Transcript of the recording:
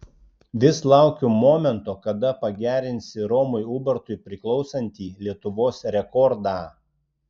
vis laukiu momento kada pagerinsi romui ubartui priklausantį lietuvos rekordą